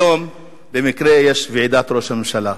היום במקרה יש ועידת ראש הממשלה.